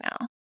now